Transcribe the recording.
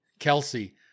Kelsey